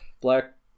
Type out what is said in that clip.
black